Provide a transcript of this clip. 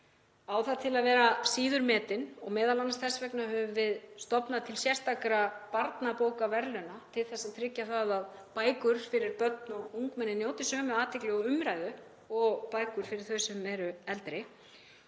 á það til að vera síður metin. M.a. þess vegna höfum við stofnað til sérstakra barnabókaverðlauna til að tryggja það að bækur fyrir börn og ungmenni njóti sömu athygli og umræðu og bækur fyrir þau sem eru eldri.